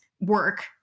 work